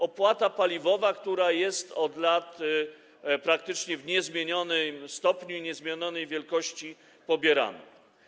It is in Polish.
Opłata paliwowa, która jest od lat praktycznie w niezmienionym stopniu i niezmienionej wielkości pobierana.